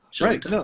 Right